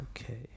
okay